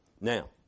Now